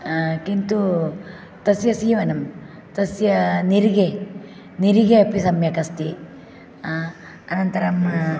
किन्तु तस्य सीवनं तस्य निरिगे निरिगे अपि सम्यक् अस्ति अनन्तरम्